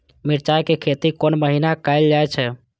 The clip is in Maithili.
मिरचाय के खेती कोन महीना कायल जाय छै?